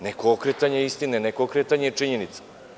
Neko okretanje istine, neko okretanje činjenica.